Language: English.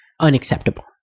unacceptable